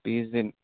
بیس دن